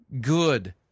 good